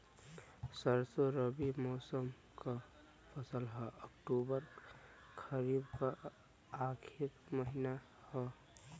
सरसो रबी मौसम क फसल हव अक्टूबर खरीफ क आखिर महीना हव